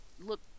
look